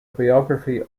biography